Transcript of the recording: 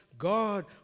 god